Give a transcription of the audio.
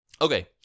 Okay